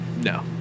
No